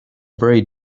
very